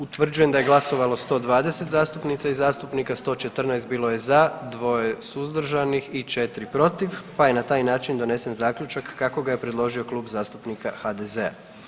Utvrđujem da je glasovalo 120 zastupnica i zastupnika, 114 bilo je za, 2 suzdržanih i 4 protiv, pa je na taj način donesen zaključak kako ga je predložio Klub zastupnika HDZ-a.